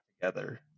together